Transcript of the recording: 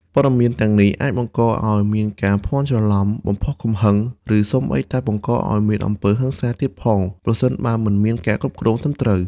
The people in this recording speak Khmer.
ព័ត៌មានទាំងនេះអាចបង្កឲ្យមានការភ័ន្តច្រឡំ បំផុសកំហឹង ឬសូម្បីតែបង្កឲ្យមាន អំពើហិង្សា ទៀតផង ប្រសិនបើមិនមានការគ្រប់គ្រងត្រឹមត្រូវ។